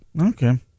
Okay